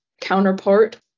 counterpart